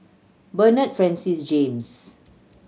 Bernard Francis James